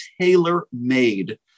tailor-made